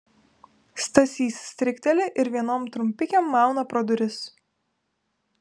stasys strikteli ir vienom trumpikėm mauna pro duris